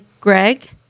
Greg